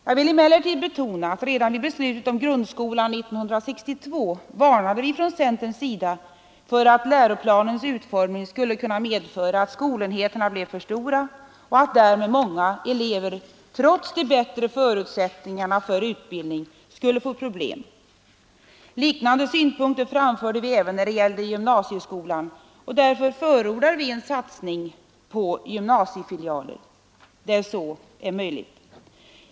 Jag vill dock betona att redan vid beslutet om grundskolan 1962 varnade vi från centerns sida för att läroplanens utformning skulle kunna medföra att skolenheterna blev för stora och att många elever därmed, trots de bättre förutsättningarna för utbildning, skulle få problem. Liknande synpunkter framförde vi när det gäller gymnasieskolan, och därför förordar vi en ökad satsning på gymnasiefilialer, där så är möjligt.